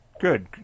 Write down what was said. good